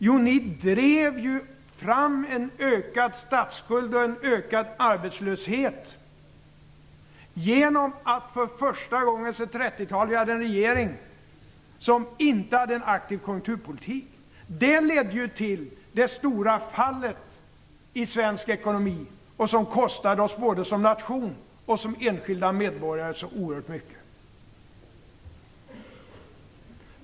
Jo, ni drev fram en ökad statsskuld, en ökad arbetslöshet genom att vi för första gången sedan 30-talet hade en regering som inte hade en aktiv konjunkturpolitik. Det ledde till det stora fallet i svensk ekonomi som kostade oss både som nation och som enskilda medborgare så oerhört mycket.